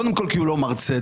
קודם כל כי הוא לא מר צדק,